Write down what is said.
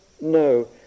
no